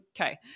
okay